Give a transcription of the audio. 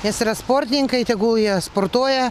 nes yra sportininkai tegul jie sportuoja